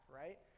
right